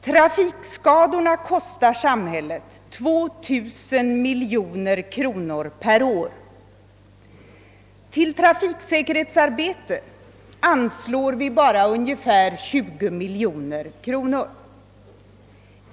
Trafikskadorna kostar samhället 2 000 miljoner kronor per år. Till trafiksäkerhetsarbetet anslår vi bara ungefär 20 miljoner kronor.